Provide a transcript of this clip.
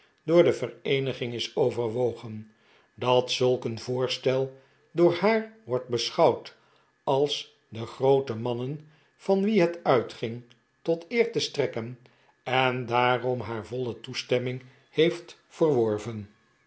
door de vereeniging is overwogen dat zulk een voorstel door haar wordt beschouwd als den grooten mannen van wie het uitging tot eer te strekken en daarom haar voile toestemming heeft verworven